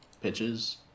pitches